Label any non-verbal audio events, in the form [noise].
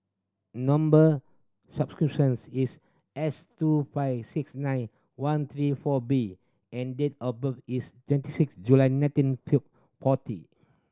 number [unintelligible] is S two five six nine one three four B and date of birth is twenty sixth July nineteen [unintelligible] forty